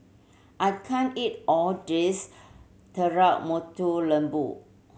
I can't eat all these Telur Mata Lembu